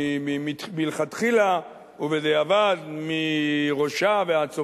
מלכתחילה ובדיעבד, מראשה עד סופה,